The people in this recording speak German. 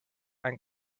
ein